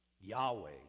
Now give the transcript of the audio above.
Yahweh